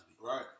Right